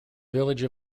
village